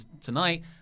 tonight